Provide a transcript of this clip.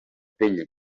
pell